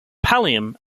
pallium